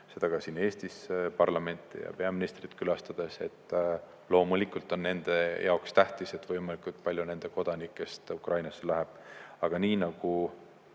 seda Eestis parlamenti ja peaministrit külastades, et loomulikult on nende jaoks tähtis, et võimalikult palju nende kodanikest Ukrainasse läheb. Aga me teame